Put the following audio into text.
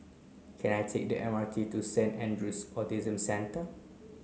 can I take the M R T to Saint Andrew's Autism Centre